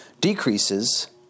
decreases